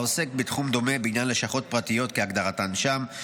העוסק בתחום דומה בעניין לשכות פרטיות כהגדרתן שם,